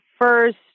first